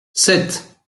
sept